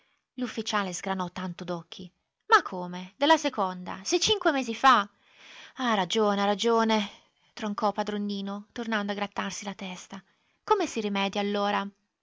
l'ufficiale sgranò tanto d'occhi ma come della seconda se cinque mesi fa ha ragione ha ragione troncò padron nino tornando a grattarsi la testa come si rimedia allora